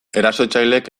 erasotzaileek